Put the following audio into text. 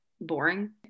boring